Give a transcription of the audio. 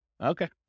Okay